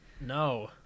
no